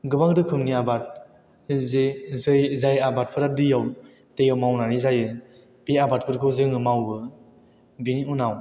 गोबां रोखोमनि आबाद जे जाय आबादफोरा दैयाव दैयाव मावनानै जायो बे आबादफोरखौ जों मावो बेनि उनाव